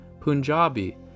Punjabi